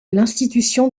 l’institution